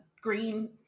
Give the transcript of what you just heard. Green